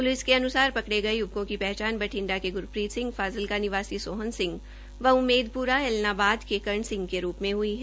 police के अनुसार पकड़े गये युवकों की पहचान बठिंडा के ग्रप्रीत सिंह फाजिल्का निवासी सोहन व उम्मेदप्रा एलनाबाद के कर्ण सिंह के रूप में ह्ई है